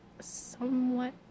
somewhat